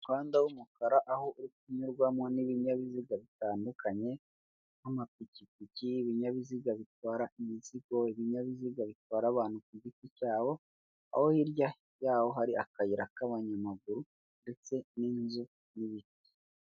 Utubati twiza dushyashya bari gusiga amarangi ukaba wadukoresha ubikamo ibintu yaba imyenda, ndetse n'imitako.